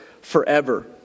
forever